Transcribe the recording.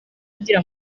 agira